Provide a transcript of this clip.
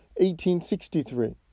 1863